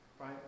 Right